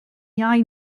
iau